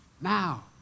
now